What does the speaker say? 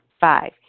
Five